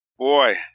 Boy